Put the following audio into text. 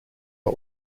are